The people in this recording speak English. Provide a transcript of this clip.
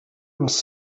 was